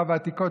הוותיקות,